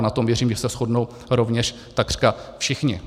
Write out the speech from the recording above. Na tom, věřím, že se shodnou rovněž takřka všichni.